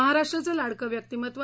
महाराष्ट्राचं लाडकं व्यक्तीमत्त्व